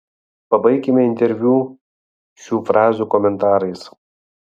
pabaikime interviu šių frazių komentarais